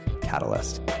catalyst